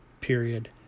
period